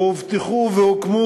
והובטחו והוקמו